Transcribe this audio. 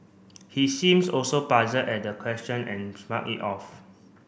he seems also puzzled at the question and shrugged it off